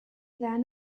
then